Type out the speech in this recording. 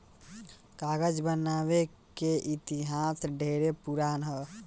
कागज बनावे के इतिहास ढेरे पुरान ह